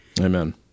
Amen